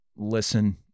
Listen